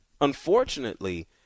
unfortunately